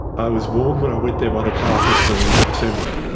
i was warned when i went there by the clerk of the assembly,